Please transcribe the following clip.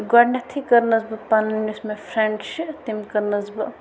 گۄڈٕنٮ۪تھٕے کٔرنَس بہٕ پَنُن یُس مےٚ فرٮ۪نٛڈ چھِ تٔمۍ کٔرنَس بہٕ